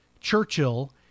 Churchill